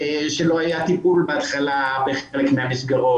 שלא היה טיפול בהתחלה --- המסגרות,